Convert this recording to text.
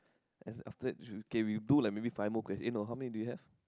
and after that you okay we do like five more quest~ eh no how many do you have